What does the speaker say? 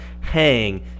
hang –